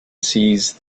seize